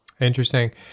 Interesting